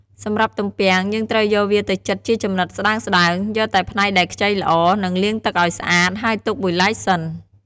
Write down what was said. សម្រាប់់ទំពាំង យើងត្រូវយកវាទៅចិតជាចំណិតស្ដើងៗ យកតែផ្នែកដែលខ្ចីល្អ និងលាងទឹកឱ្យស្អាត ហើយទុកមួយឡែកសិន។